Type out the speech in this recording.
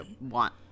want